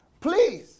Please